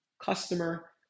customer